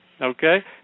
okay